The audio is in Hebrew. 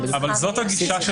זאת הגישה.